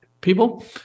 people